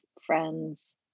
friends